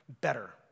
better